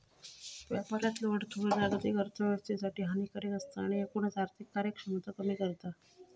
व्यापारातलो अडथळो जागतिक अर्थोव्यवस्थेसाठी हानिकारक असता आणि एकूणच आर्थिक कार्यक्षमता कमी करता